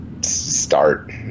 start